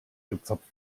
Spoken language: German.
gezapft